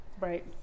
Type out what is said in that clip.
Right